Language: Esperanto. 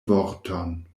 vorton